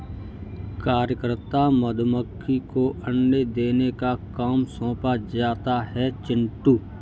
कार्यकर्ता मधुमक्खी को अंडे देने का काम सौंपा जाता है चिंटू